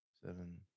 seven